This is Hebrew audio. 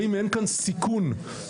האם אין כאן סיכון מוגבר.